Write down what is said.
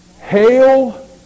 hail